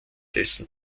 dessen